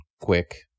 Quick